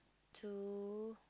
two